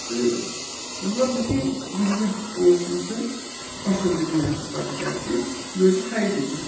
تہٕ مطلب کہِ واریاہ اوس مےٚ سُہ پَسنٛد تہِ گوٚو مےٚ سُہ پَتہٕ کیازِ کہِ مےٚ اوس ہایٹہِ تہِ